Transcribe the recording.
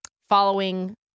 following